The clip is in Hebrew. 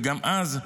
וגם אז,